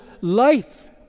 life